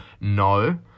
no